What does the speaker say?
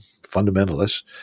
fundamentalists